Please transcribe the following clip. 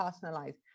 personalized